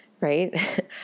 right